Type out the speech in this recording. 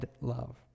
love